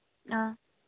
ꯑꯥ